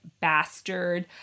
bastard